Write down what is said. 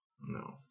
No